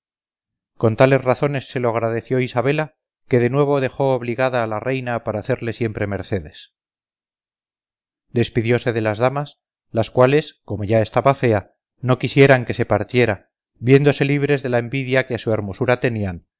tales razones se lo agradeció isabela que de nuevo dejó obligada a la reina para hacerle siempre mercedes despidióse de las damas las cuales como ya estaba fea no quisieran que se partiera viéndose libres de la envidia que a su hermosura tenían